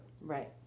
Right